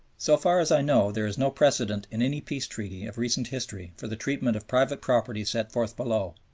so far as i know, there is no precedent in any peace treaty of recent history for the treatment of private property set forth below,